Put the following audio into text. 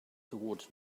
towards